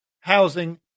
housing